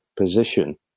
position